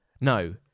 No